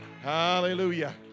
Hallelujah